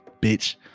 bitch